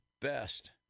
best